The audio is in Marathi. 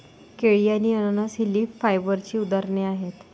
केळी आणि अननस ही लीफ फायबरची उदाहरणे आहेत